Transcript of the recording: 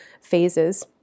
phases